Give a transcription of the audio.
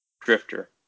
Drifter